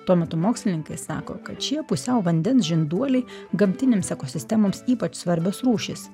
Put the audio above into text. tuo metu mokslininkai sako kad šie pusiau vandens žinduoliai gamtinėms ekosistemoms ypač svarbios rūšys